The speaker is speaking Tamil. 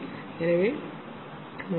எனவே〖P g〗SS 0